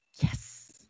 Yes